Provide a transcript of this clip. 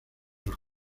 los